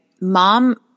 mom